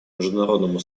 международному